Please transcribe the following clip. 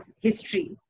history